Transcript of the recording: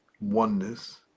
oneness